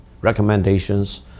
recommendations